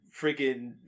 freaking